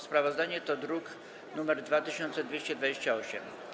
Sprawozdanie to druk nr 2228.